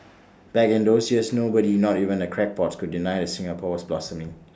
back in those years nobody not even the crackpots could deny that Singapore was blossoming